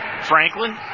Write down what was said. Franklin